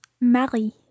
Marie